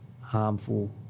harmful